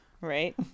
right